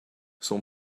son